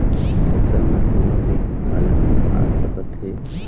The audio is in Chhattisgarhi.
फसल म कोनो भी अलहन आ सकत हे